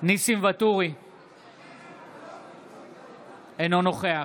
אינו נוכח